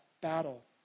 battle